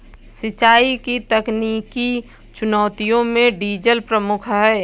सिंचाई की तकनीकी चुनौतियों में डीजल प्रमुख है